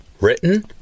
written